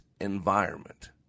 environment